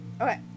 Okay